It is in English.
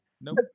Nope